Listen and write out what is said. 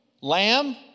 lamb